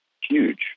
huge